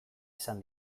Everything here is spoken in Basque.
esan